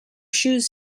shoes